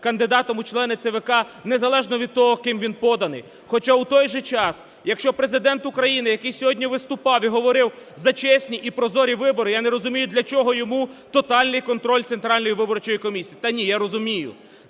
кандидатом у члени ЦВК незалежно від того, ким він поданий. Хоча в той же час, якщо Президент України, який сьогодні виступав і говорив за чесні і прозорі вибори, я не розумію для чого йому тотальний контрольний Центральної виборчої комісії? Та ні, я розумію,